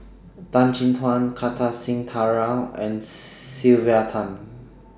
Tan Chin Tuan Kartar Singh Thakral and Sylvia Tan